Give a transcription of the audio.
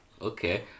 Okay